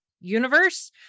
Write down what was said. universe